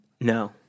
No